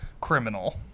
criminal